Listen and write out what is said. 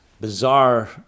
bizarre